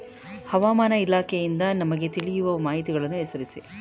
ಹವಾಮಾನ ಇಲಾಖೆಯಿಂದ ನಮಗೆ ತಿಳಿಯುವ ಮಾಹಿತಿಗಳನ್ನು ಹೆಸರಿಸಿ?